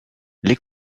les